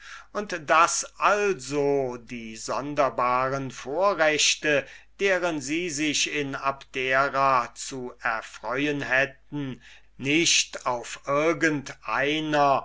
und daß also die sonderbaren vorrechte deren sie sich in abdera zu erfreuen hätten sich nicht auf